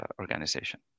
organization